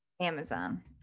Amazon